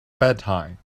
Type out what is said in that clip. bedtime